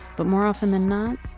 but more often than not,